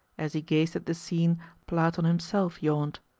as he gazed at the scene platon himself yawned.